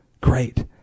Great